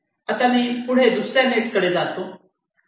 आता मी पुढे दुसऱ्या नेट कडे जातो